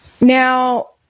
Now